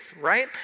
right